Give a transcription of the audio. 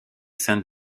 saint